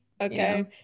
Okay